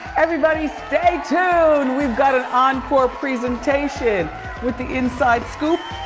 everybody stay tuned, we've got an encore presentation with the inside scoop.